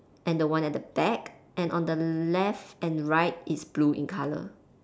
and the one at the back on the left and right is blue in colour